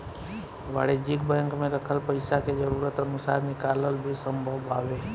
वाणिज्यिक बैंक में रखल पइसा के जरूरत अनुसार निकालल भी संभव बावे